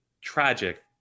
tragic